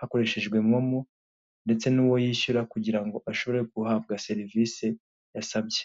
hakoreshejwe momo ndetse n'uwo yishyura kugira ngo ashobore guhabwa serivise yasabye.